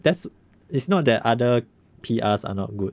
that's it's not that other P_R are not good